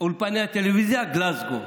אולפני הטלוויזיה, גלזגו.